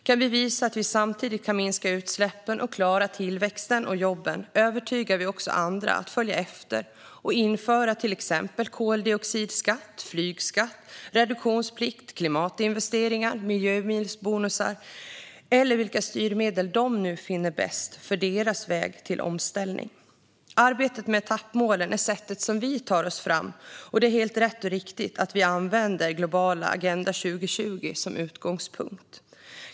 Kan vi visa att vi samtidigt kan minska utsläppen och klara tillväxten och jobben övertygar vi också andra att följa efter och införa till exempel koldioxidskatt, flygskatt, reduktionsplikt, klimatinvesteringar, miljöbilsbonusar eller vilka styrmedel de nu finner bäst för sin väg till omställning. Arbetet med etappmålen är sättet vi tar oss fram, och det är helt rätt och riktigt att vi använder den globala Agenda 2030 som utgångspunkt.